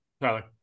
Tyler